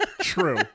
true